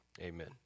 amen